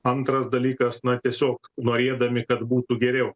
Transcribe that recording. antras dalykas na tiesiog norėdami kad būtų geriau